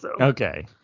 okay